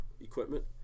equipment